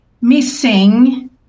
missing